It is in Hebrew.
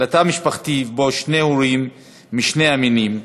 לתא משפחתי ובו שני הורים משני המינים,